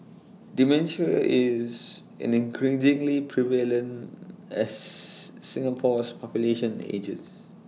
dementia is increasingly prevalent as Singapore's population ages